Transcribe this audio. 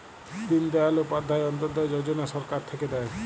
দিন দয়াল উপাধ্যায় অন্ত্যোদয় যজনা সরকার থাক্যে দেয়